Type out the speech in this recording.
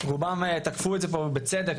רובם תקפו את זה פה ובצדק,